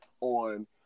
on